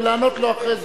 ולענות לו אחרי זה.